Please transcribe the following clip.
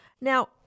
Now